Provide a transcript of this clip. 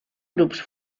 grups